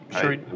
Sure